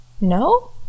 No